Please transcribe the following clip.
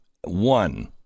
One